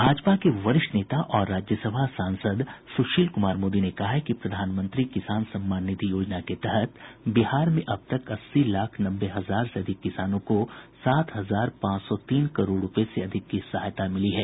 भाजपा के वरिष्ठ नेता और राज्यसभा सांसद सुशील कुमार मोदी ने कहा है कि प्रधानमंत्री किसान सम्मान निधि योजना के तहत बिहार में अब तक अस्सी लाख नब्बे हजार से अधिक किसानों को सात हजार पांच सौ तीन करोड़ रूपये से अधिक की सहायता मिली है